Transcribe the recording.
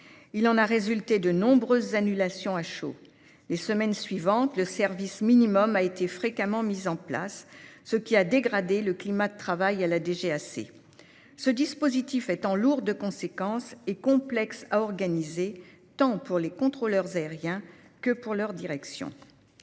Il en a résulté de nombreuses annulations à chaud. Les semaines suivantes, le service minimum a été fréquemment mis en place, ce qui a dégradé le climat de travail à la DGAC, ce dispositif étant lourd de conséquences et complexe à organiser tant pour les contrôleurs aériens que pour leur direction.